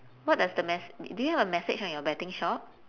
what does the mes~ d~ do you have a message on your betting shop